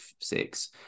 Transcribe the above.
six